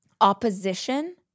opposition